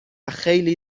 خیلی